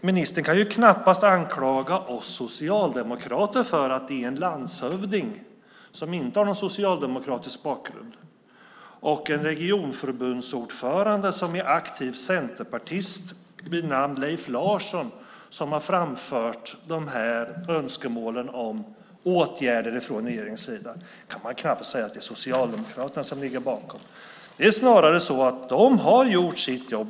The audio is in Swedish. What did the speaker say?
Ministern kan ju knappast anklaga oss socialdemokrater för att det är en landshövding, som inte har en socialdemokratisk bakgrund, och en regionförbundsordförande, som är aktiv centerpartist vid namn Leif Larsson, som har framfört önskemålen om åtgärder från regeringens sida. Det kan man knappast säga är Socialdemokraterna som ligger bakom. Det är snarare så att de har gjort sitt jobb.